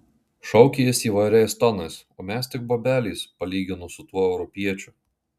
šaukė jis įvairiais tonais o mes tik bobelės palyginus su tuo europiečiu